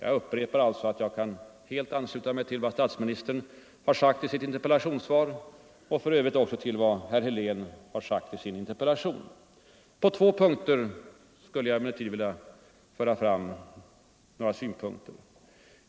Jag upprepar att jag helt kan ansluta mig till vad statsministern har sagt i sitt interpellationssvar och för övrigt också till vad herr Helén har sagt i sin interpellation På två punkter skulle jag emellertid vilja föra fram några synpunkter.